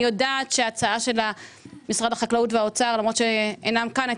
אני יודעת שההצעה של משרד החקלאות והאוצר שאינם כאן,